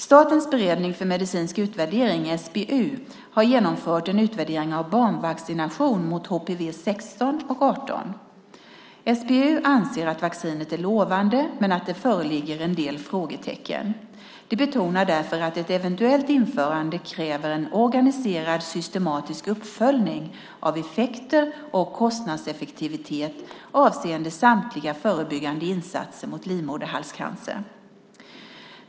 Statens beredning för medicinsk utvärdering, SBU, har genomfört en utvärdering av barnvaccination mot HPV 16 och 18. SBU anser att vaccinet är lovande men att det föreligger en del frågetecken. De betonar därför att ett eventuellt införande kräver en organiserad och systematisk uppföljning av effekter och kostnadseffektivitet avseende samtliga förebyggande insatser mot livmoderhalscancer.